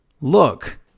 Look